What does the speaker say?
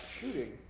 shooting